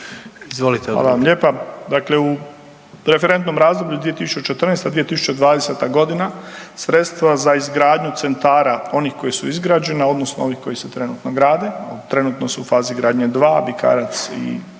Hvala vam lijepa. Dakle, u referentnom razdoblju 2014.-2020. godina sredstva za izgradnju centara onih koja su izgrađena odnosno koji se trenutno grade, a trenutno su fazi granje 2 Bikarac i